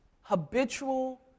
habitual